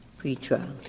pretrial